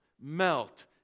melt